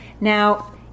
Now